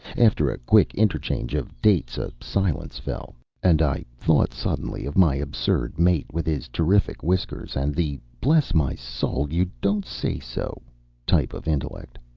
after a quick interchange of dates a silence fell and i thought suddenly of my absurd mate with his terrific whiskers and the bless my soul you don't say so type of intellect.